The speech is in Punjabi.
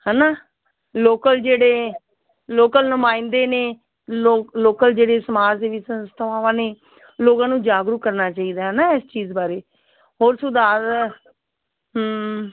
ਹੈ ਨਾ ਲੋਕਲ ਜਿਹੜੇ ਲੋਕਲ ਨੁਮਾਇੰਦੇ ਨੇ ਲੋ ਲੋਕਲ ਜਿਹੜੇ ਸਮਾਜ ਦੇ ਵਿੱਚ ਸੰਸਥਾਵਾਂ ਨੇ ਲੋਕਾਂ ਨੂੰ ਜਾਗਰੂਕ ਕਰਨਾ ਚਾਹੀਦਾ ਹੈ ਨਾ ਇਸ ਚੀਜ਼ ਬਾਰੇ ਹੋਰ ਸੁਧਾਰ